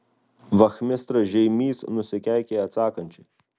vachmistra žeimys nusikeikė atsakančiai